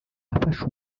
afasha